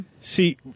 See